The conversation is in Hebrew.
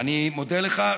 אני מודה לך.